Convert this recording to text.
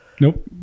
Nope